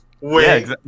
wait